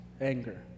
anger